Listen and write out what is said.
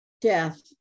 death